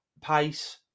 pace